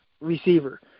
receiver